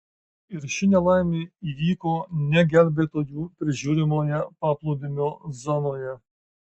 ir ši nelaimė įvyko ne gelbėtojų prižiūrimoje paplūdimio zonoje